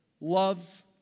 loves